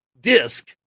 disc